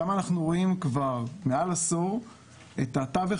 שם אנחנו רואים כבר מעל עשור את התווך